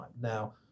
Now